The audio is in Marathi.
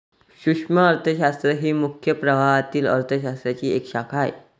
सूक्ष्म अर्थशास्त्र ही मुख्य प्रवाहातील अर्थ शास्त्राची एक शाखा आहे